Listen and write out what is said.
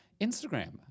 Instagram